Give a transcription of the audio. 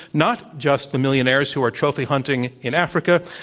not just the millionaires who are trophy hunting in africa,